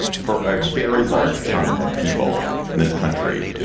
for a very large chunk of people in this country.